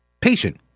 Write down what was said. patient